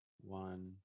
One